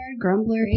Grumbler